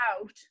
out